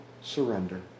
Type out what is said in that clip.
surrender